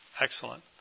Excellent